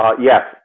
Yes